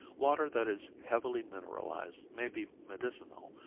water that is heavily mineralized may be medicinal,